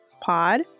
pod